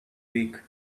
week